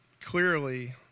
clearly